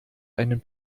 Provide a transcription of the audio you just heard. einen